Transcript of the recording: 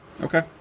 Okay